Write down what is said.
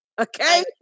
Okay